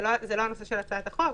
זה לא הנושא של הצעת החוק.